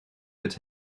het